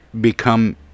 become